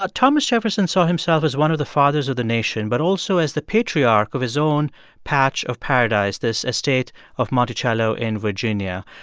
ah thomas jefferson saw himself as one of the fathers of the nation but also as the patriarch of his own patch of paradise, this estate of monticello in virginia.